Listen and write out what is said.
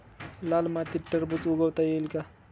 लाल मातीत टरबूज उगवता येईल का?